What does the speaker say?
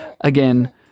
again